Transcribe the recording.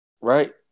right